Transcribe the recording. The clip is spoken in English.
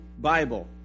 Bible